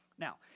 Now